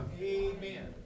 Amen